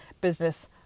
business